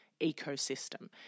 ecosystem